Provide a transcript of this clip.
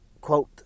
quote